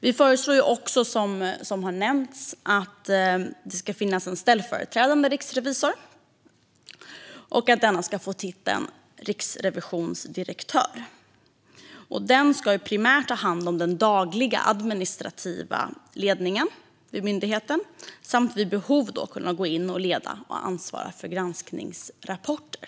Vi föreslår också, som har nämnts, att det ska finnas en ställföreträdande riksrevisor som ska få titeln riksrevisionsdirektör. Denna ska primärt ta hand om den dagliga administrativa ledningen vid myndigheten samt vid behov kunna gå in och leda och ansvara för granskningsrapporter.